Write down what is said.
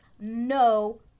no